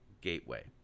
Gateway